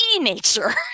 nature